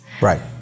Right